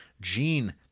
Gene